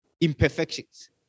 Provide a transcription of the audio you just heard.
imperfections